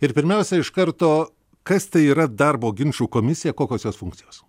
ir pirmiausia iš karto kas tai yra darbo ginčų komisija kokios jos funkcijos